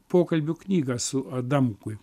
pokalbių knygą su adamkui